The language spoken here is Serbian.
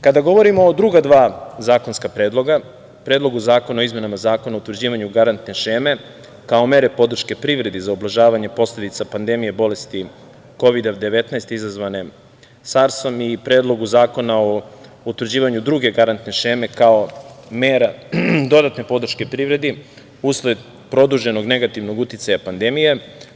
Kada govorimo o druga dva zakonska predloga – Predlogu zakona o izmenama Zakona o utvrđivanju garantne šeme, kao mere podrške privredi za ublažavanje posledica pandemija bolesti Kovida-19 izazvane Sarsom i Predlogu zakona o utvrđivanju druge garantne šeme kao mera dodatne podrške privredi usled produženog negativnog uticaja pandemije.